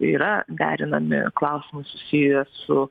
yra derinami klausimai susiję su